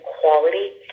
Quality